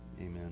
Amen